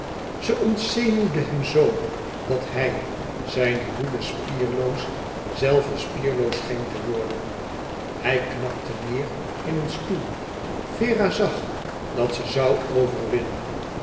ze ontzenuwde hem zoo dat hij zijne woede spierloos zelve spierloos scheen te worden hij knakte neêr in een stoel vera zag dat ze zoû overwinnen